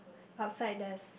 outside there's